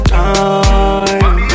time